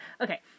Okay